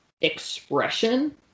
expression